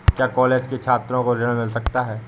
क्या कॉलेज के छात्रो को ऋण मिल सकता है?